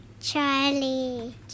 Charlie